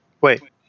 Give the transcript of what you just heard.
Wait